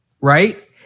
Right